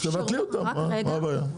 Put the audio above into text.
אז תבטלי אותם, מה הבעיה.